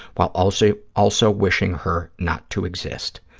while also also wishing her not to exist.